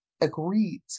agrees